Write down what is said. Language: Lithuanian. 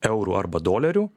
eurų arba dolerių